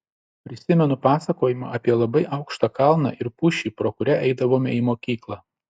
prisimenu pasakojimą apie labai aukštą kalną ir pušį pro kurią eidavome į mokyklą